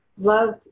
loved